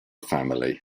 family